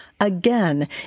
Again